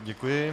Děkuji.